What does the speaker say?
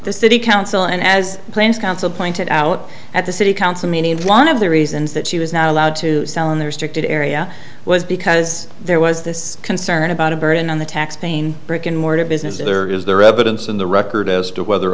the city council and as plans council pointed out at the city council meeting one of the reasons that she was not allowed to sell in the restricted area was because there was this concern about him and on the taxpaying brick and mortar business there is their evidence in the record as to whether